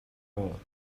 all